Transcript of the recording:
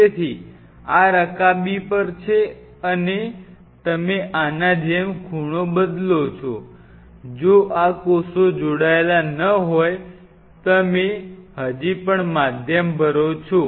તેથી આ રકાબી પર છે અને તમે આના જેમ ખૂણો બદલો છો જો આ કોષો જોડાયેલા ન હોય તમે હજી પણ માધ્યમ ભરો છો